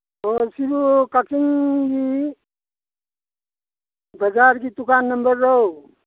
ꯑꯣ ꯁꯤꯕꯣ ꯀꯛꯆꯤꯡꯒꯤ ꯕꯖꯥꯔꯒꯤ ꯗꯨꯀꯥꯅ ꯅꯝꯕꯔꯔꯣ